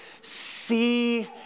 see